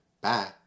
Bye